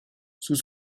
sous